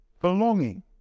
Belonging